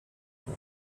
for